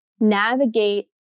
navigate